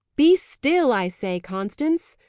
be still, i say, constance,